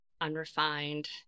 unrefined